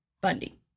Bundy